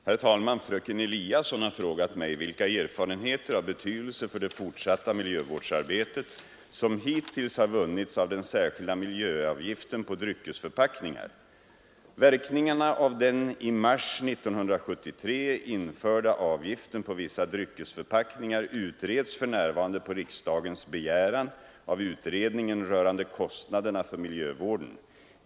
Herr talman! Fröken Eliasson har frågat mig vilka erfarenheter av betydelse för det fortsatta miljövårdsarbetet som hittills har vunnits av den särskilda miljöavgiften på dryckesförpackningar. Verkningarna av den i mars 1973 införda avgiften på vissa dryckesförpackningar utreds för närvarande på riksdagens begäran av utredningen rörande kostnaderna för miljövården.